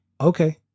Okay